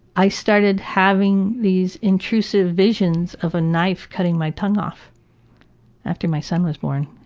i started having these intrusive visions of a knife cutting my tongue off after my son was born.